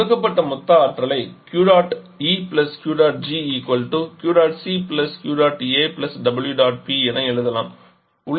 கொடுக்கப்பட்ட மொத்த ஆற்றலை என எழுதலாம்